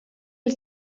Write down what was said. els